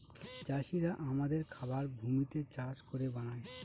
চাষিরা আমাদের খাবার ভূমিতে চাষ করে বানায়